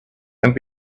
and